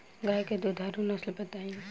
गाय के दुधारू नसल बताई?